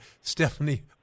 Stephanie